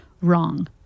wrong